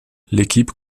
l’équipe